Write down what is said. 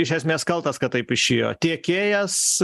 iš esmės kaltas kad taip išėjo tiekėjas